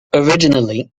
originally